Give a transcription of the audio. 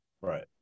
right